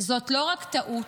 זה לא רק טעות,